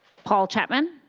paul chapman?